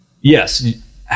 yes